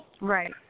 Right